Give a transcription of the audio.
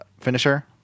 finisher